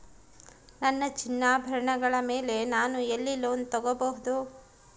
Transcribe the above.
ನನ್ನ ಚಿನ್ನಾಭರಣಗಳ ಮೇಲೆ ನಾನು ಎಲ್ಲಿ ಲೋನ್ ತೊಗೊಬಹುದು?